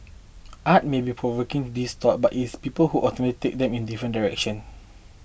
art may be provoking these thoughts but it is people who ultimately take them in different direction